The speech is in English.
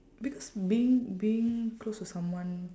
because being being close to someone